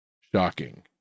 shocking